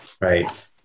Right